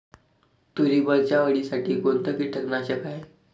तुरीवरच्या अळीसाठी कोनतं कीटकनाशक हाये?